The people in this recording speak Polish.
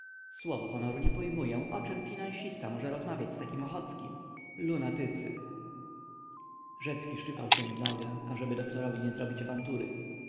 słowo honoru nie pojmuję o czem finansista może rozmawiać z takim ochockim lunatycy rzecki szczypał się w nogę ażeby doktorowi nie zrobić awantury